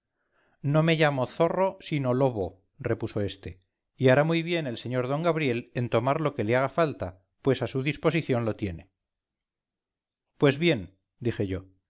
no me llamo zorro sino lobo repuso este y hará muy bien el sr d gabriel en tomar lo que le haga falta pues a su disposición lo tiene pues bien dije yo